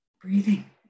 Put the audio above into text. Breathing